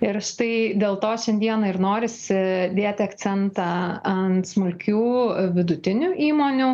ir štai dėl to šiandieną ir norisi dėti akcentą ant smulkių vidutinių įmonių